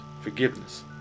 forgiveness